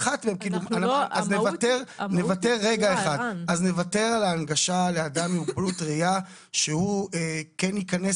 אז נוותר על ההנגשה לאדם עם מוגבלות ראייה שהוא כן ייכנס